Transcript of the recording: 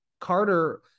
Carter